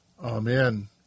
Amen